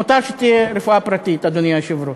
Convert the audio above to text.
מותר שתהיה רפואה פרטית, אדוני היושב-ראש,